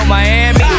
Miami